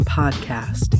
podcast